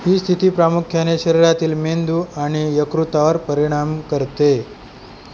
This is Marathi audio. ही स्थिती प्रामुख्याने शरीरातील मेंदू आणि यकृतावर परिणाम करते